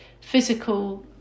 physical